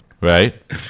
Right